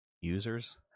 users